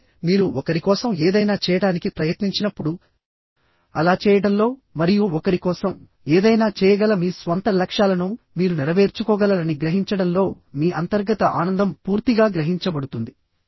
అంటే మీరు ఒకరి కోసం ఏదైనా చేయడానికి ప్రయత్నించినప్పుడు అలా చేయడంలో మరియు ఒకరి కోసం ఏదైనా చేయగల మీ స్వంత లక్ష్యాలను మీరు నెరవేర్చుకోగలరని గ్రహించడంలో మీ అంతర్గత ఆనందం పూర్తిగా గ్రహించబడుతుంది